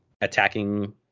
attacking